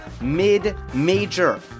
mid-major